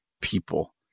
people